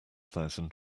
thousand